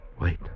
Wait